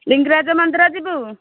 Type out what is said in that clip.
ଲିଙ୍ଗରାଜ ମନ୍ଦିର ଯିବୁ